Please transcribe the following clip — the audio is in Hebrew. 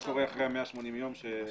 מה קורה אחרי 180 הימים שהוא